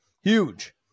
Huge